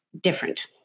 different